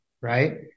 right